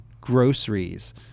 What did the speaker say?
groceries